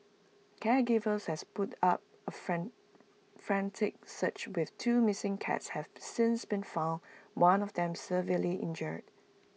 caregivers has put up A frantic search with two missing cats have since been found one of them severely injured